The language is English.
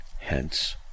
Hence